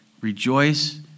Rejoice